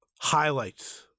highlights